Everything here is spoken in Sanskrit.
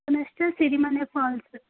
पुनश्च सिरिमने फ़ाल्स्